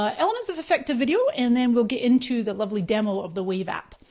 ah elements of effective video and then we'll get into the lovely demo of the wave app.